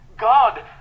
God